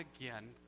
again